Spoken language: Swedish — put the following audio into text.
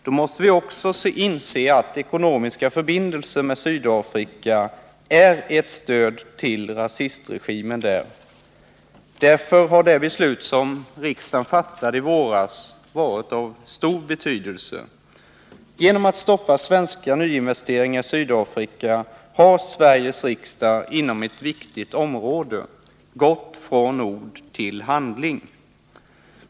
Då måste vi också inse att ekonomiska förbindelser med Sydafrika är ett stöd till rasistregimen där. Därför har det beslut som riksdagen fattade i våras varit av stor betydelse. Genom att stoppa svenska investeringar i Sydafrika har Sveriges riksdag inom ett viktigt område gått från ord till handling.